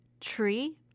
tree